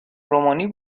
رومانی